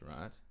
right